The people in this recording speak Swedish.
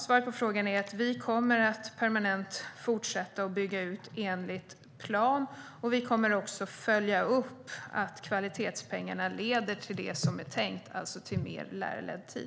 Svaret på frågan är alltså: Ja, vi kommer att fortsätta bygga ut permanent, enligt plan. Vi kommer också att följa upp att kvalitetspengarna leder till det de är avsedda för, alltså till mer lärarledd tid.